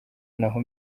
naho